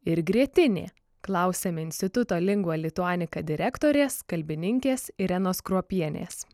ir grietinė klausėm instituto lingua lituanika direktorės kalbininkės irenos kruopienės